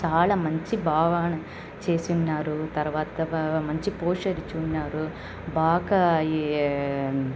చాలా మంచి భావాన చేసి ఉన్నారు తర్వాతగా మంచి పోశ్చర్ ఇచ్చి ఉన్నారు బాగా ఇవి